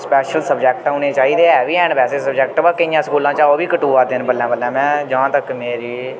special subject होने चाहिदे ऐ वी हैन वैसे सब्जेक्ट ब केइयें स्कूलें चा ओह् बी कटोआ दे न बल्लें बल्लें मैं जहां तक मेरी